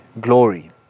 glory